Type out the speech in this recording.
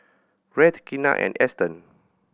Rhett Kenna and Eston